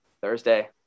thursday